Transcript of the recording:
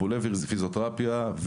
טיפולי פיזיותרפיה,